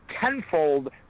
tenfold